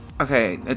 okay